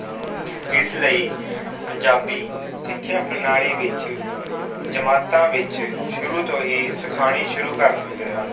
ਇਸ ਲਈ ਪੰਜਾਬੀ ਸਿੱਖਿਆ ਪ੍ਰਣਾਲੀ ਵਿੱਚ ਜਮਾਤਾਂ ਵਿੱਚ ਸ਼ੁਰੂ ਤੋਂ ਹੀ ਸਿਖਾਉਣੀ ਸ਼ੁਰੂ ਕਰ ਦਿੰਦੇ ਹਨ